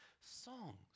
songs